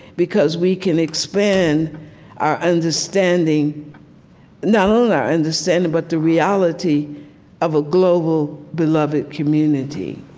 because we can expand our understanding not only our understanding, but the reality of a global beloved community